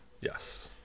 Yes